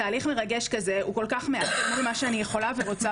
תהליך מרגש שכזה הוא כל כך מעט אל מול מה שאני יכולה ורוצה